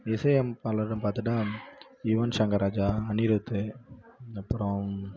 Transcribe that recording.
இசை அமைப்பாளர்ன்னு பார்த்துட்டா யுவன் ஷங்கர் ராஜா அனிரூத்து அப்புறோம்